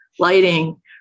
Lighting